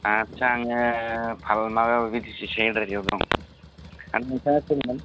आटसा आङो भालमारा बिटिसि चेक्रेटारियाव दं आर नोंथाङा सोरमोन